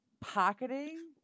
Pocketing